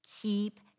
Keep